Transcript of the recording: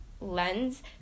lens